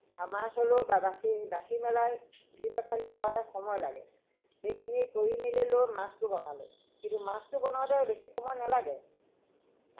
আৰু মাছ হ'লেও বাছি পেলাই ধুই পখালি লোৱালে বহুত সময় লাগে সেইখিনি কৰি মেলি লৈ মাছটো কিন্তু মাছটো বনাওতে বেছি সময় নালাগে